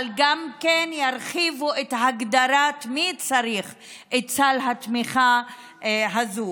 אבל גם ירחיבו את ההגדרה של מי צריך את סל התמיכה הזה.